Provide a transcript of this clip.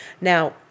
Now